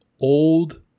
old